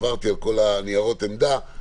עברתי על כל ניירות העמדה,